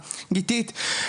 גיתית,